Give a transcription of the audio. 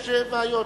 יש בעיות.